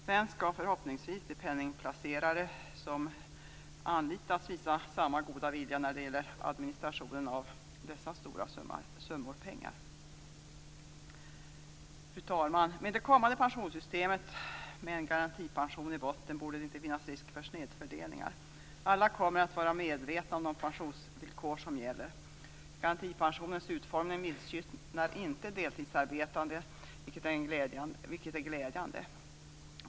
Sedan skall förhoppningsvis de penningplacerare som anlitas visa samma goda vilja när det gäller administrationen av dessa stora summor pengar. Fru talman! Med det kommande pensionssystemet med en garantipension i botten borde det inte finnas risk för snedfördelningar. Alla kommer att vara medvetna om de pensionsvillkor som gäller. Garantipensionens utformning missgynnar inte deltidsarbetande, vilket är glädjande.